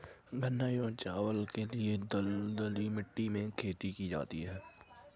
गन्ना एवं चावल के लिए दलदली मिट्टी में खेती की जाती है